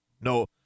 No